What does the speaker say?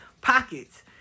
pockets